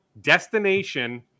destination